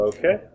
Okay